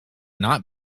not